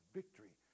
victory